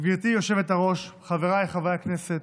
גברתי היושבת-ראש, חבריי חברי הכנסת,